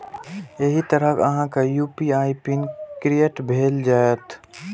एहि तरहें अहांक यू.पी.आई पिन क्रिएट भए जाएत